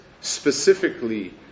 specifically